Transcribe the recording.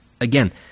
Again